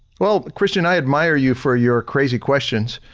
well, kristian i admire you for your crazy questions,